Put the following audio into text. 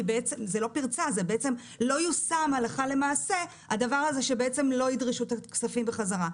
לא פרצה אלא לא יושם הלכה למעשה הדבר הזה שלא ידרשו את הכספים בחזרה.